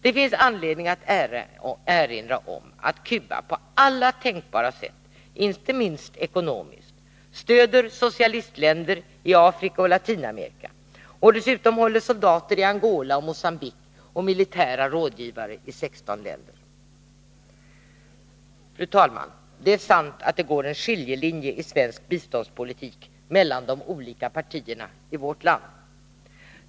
Det finns anledning att erinra om att Cuba på alla tänkbara sätt, inte minst ekonomiskt, stöder socialistländer i Afrika och Latinamerika och dessutom håller soldater i Angola och Mogambique och militära rådgivare i 16 länder. Fru talman! Det är sant att det går en skiljelinje i svensk biståndspolitik mellan de olika partierna i vårt land.